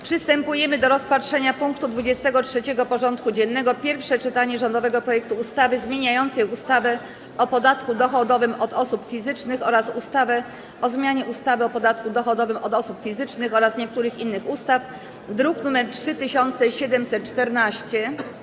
Przystępujemy do rozpatrzenia punktu 23. porządku dziennego: Pierwsze czytanie rządowego projektu ustawy zmieniającej ustawę o podatku dochodowym od osób fizycznych oraz ustawę o zmianie ustawy o podatku dochodowym od osób fizycznych oraz niektórych innych ustaw (druk nr 3714)